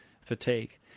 fatigue